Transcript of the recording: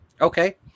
Okay